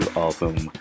awesome